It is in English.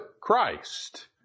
Christ